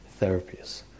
therapies